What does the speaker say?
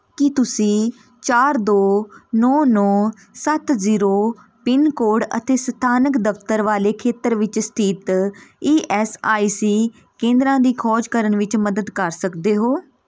ਕੀ ਤੁਸੀਂ ਚਾਰ ਦੋ ਨੌ ਨੌ ਸੱਤ ਜ਼ੀਰੋ ਪਿੰਨ ਕੋਡ ਅਤੇ ਸਥਾਨਕ ਦਫਤਰ ਵਾਲੇ ਖੇਤਰ ਵਿੱਚ ਸਥਿਤ ਈ ਐੱਸ ਆਈ ਸੀ ਕੇਂਦਰਾਂ ਦੀ ਖੋਜ ਕਰਨ ਵਿੱਚ ਮਦਦ ਕਰ ਸਕਦੇ ਹੋ